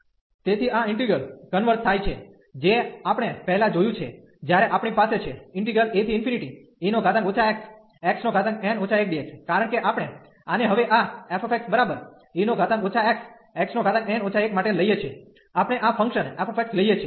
તેથી આ integral converge થાય છે જે આપણે પહેલા જોયું છે જ્યારે આપણી પાસે છેae xxn 1dx કારણ કે આપણે આને હવે આ fxe xxn 1માટે લઈએ છીએ આપણે આ ફંક્શન f લઈએ છીએ